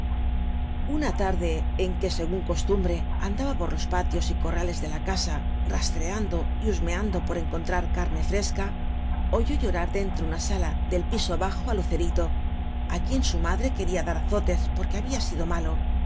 una tarde en que segun costumbre andaba por los patio y corrales de la ca a ra lrtaudo y husmeando por encontrar carne fresca oyó llorar de ntro una sala del pb o bajo á lucerito á quien u madre quería dar azotes porque llabia sido malo